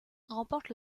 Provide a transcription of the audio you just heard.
remporte